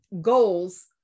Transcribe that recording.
goals